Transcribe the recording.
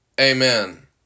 Amen